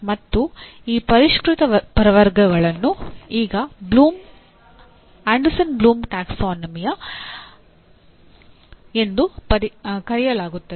ಮತ್ತು ಈ ಪರಿಷ್ಕೃತ ಪ್ರವರ್ಗವನ್ನು ಈಗ ಆಂಡರ್ಸನ್ ಬ್ಲೂಮ್ ಟ್ಯಾಕ್ಸಾನಮಿ ಎಂದು ಕರೆಯಲಾಗುತ್ತದೆ